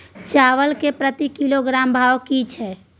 चावल के प्रति किलोग्राम भाव की छै?